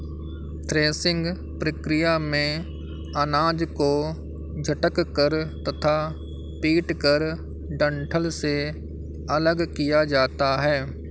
threshing प्रक्रिया में अनाज को झटक कर तथा पीटकर डंठल से अलग किया जाता है